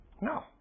No